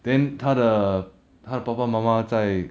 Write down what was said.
then 他的他的爸爸妈妈在